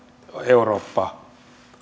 eurooppa